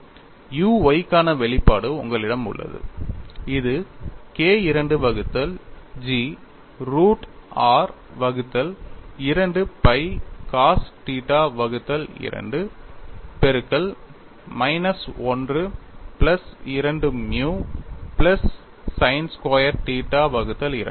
u y க்கான வெளிப்பாடு உங்களிடம் உள்ளது இது K II வகுத்தல் G root r 2 pi cos θ 2 பெருக்கல் minus 1 plus 2 mu plus sin square θ 2 ஆகும்